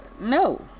no